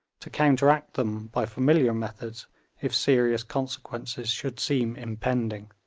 to counteract them by familiar methods if serious consequences should seem impending.